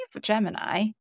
Gemini